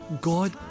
God